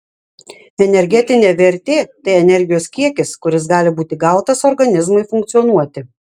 energetinė vertė tai energijos kiekis kuris gali būti gautas organizmui funkcionuoti